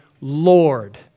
Lord